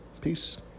peace